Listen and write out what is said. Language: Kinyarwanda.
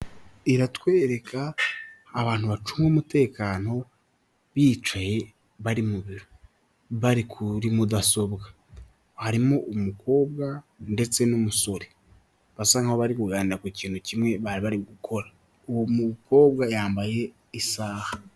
Iratwereka abantu bacunga umutekano bicaye bari mu biro bari kuri mudasobwa, harimo umukobwa ndetse n'umusore basa nk'aho bari kuganira ku kintu kimwe bari bari gukora, uwo mukobwa yambaye isaha.